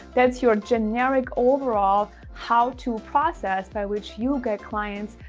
that's your generic overall, how to process by which you get clients,